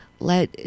Let